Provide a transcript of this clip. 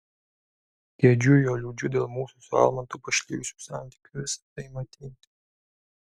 gedžiu jo liūdžiu dėl mūsų su almantu pašlijusių santykių visa tai matyti